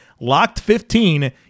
locked15